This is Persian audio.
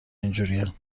اینجورین